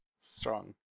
Strong